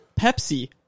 Pepsi